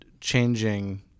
changing